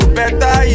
better